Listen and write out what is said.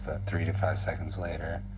three to five seconds later